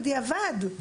בדיעבד,